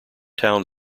town